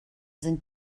sind